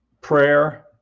prayer